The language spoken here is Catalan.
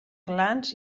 glans